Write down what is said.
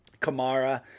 Kamara